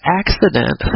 accident